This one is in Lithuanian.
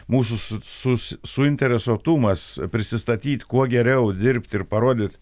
mūsų su su suinteresuotumas prisistatyt kuo geriau dirbt ir parodyt